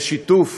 בשיתוף